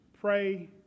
pray